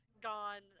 gone